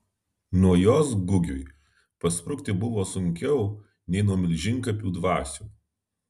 nuo jos gugiui pasprukti buvo sunkiau nei nuo milžinkapių dvasių